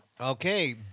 Okay